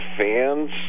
fans